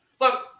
look